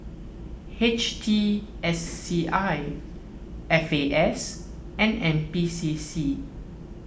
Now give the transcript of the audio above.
H T S C I F A S and N P C C